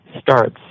starts